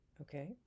Okay